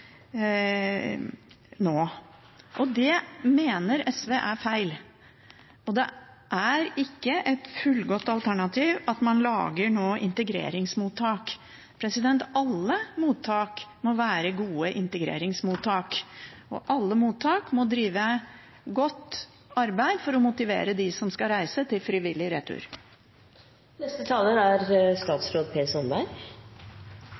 nå. Det mener SV er feil, og det er ikke et fullgodt alternativ at man nå lager integreringsmottak. Alle mottak må være gode integreringsmottak, og alle mottak må drive godt arbeid for å motivere de som skal reise, til frivillig